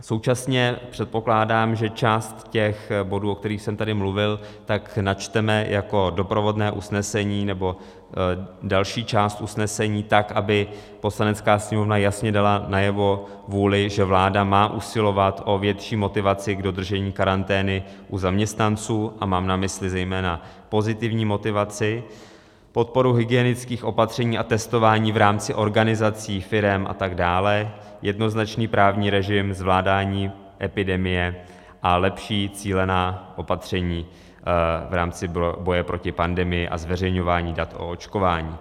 Současně předpokládám, že část těch bodů, o kterých jsem tady mluvil, načteme jako doprovodné usnesení, nebo další část usnesení, tak aby Poslanecká sněmovna jasně dala najevo vůli, že vláda má usilovat o větší motivaci k dodržení karantény u zaměstnanců, a mám na mysli zejména pozitivní motivaci, podporu hygienických opatření a testování v rámci organizací, firem a tak dále, jednoznačný právní režim, zvládání epidemie a lepší cílená opatření v rámci boje proti pandemii a zveřejňování dat o očkování.